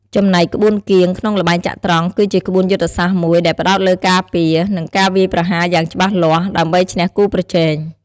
ចំណែក ក្បួនគៀង ក្នុងល្បែងចត្រង្គ គឺជាក្បួនយុទ្ធសាស្ត្រមួយដែលផ្តោតលើការពារ និងការវាយប្រហារយ៉ាងច្បាស់លាស់ ដើម្បីឈ្នះគូប្រជែង។